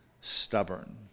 stubborn